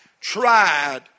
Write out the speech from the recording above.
Tried